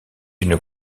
une